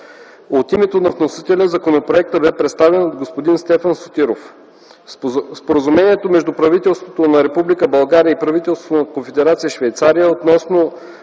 От името на вносителя законопроектът бе представен от господин Стефан Сотиров. Споразумението между правителството на Република България и правителството на Конфедерация Швейцария относно